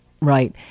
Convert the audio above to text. Right